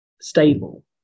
stable